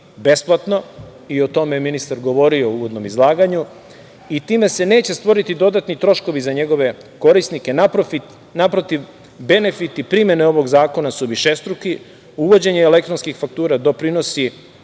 besplatno i o tome je ministar govorio u uvodnom izlaganju, i time se neće stvoriti dodatni troškovi za njegove korisnike, naprotiv, benefiti primene ovog zakona su višestruki, uvođenje elektronskih faktura doprinosi